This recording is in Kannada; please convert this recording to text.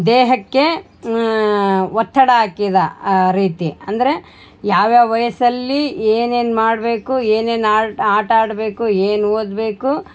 ದೇಹಕ್ಕೆ ಒತ್ತಡ ಹಾಕಿದ ಆ ರೀತಿ ಅಂದರೆ ಯಾವ್ಯಾವ ವಯಸ್ಸಲ್ಲಿ ಏನೇನು ಮಾಡಬೇಕು ಏನೇನು ಆಡು ಆಟ ಆಡಬೇಕು ಏನು ಓದಬೇಕು